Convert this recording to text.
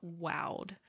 wowed